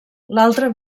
l’altra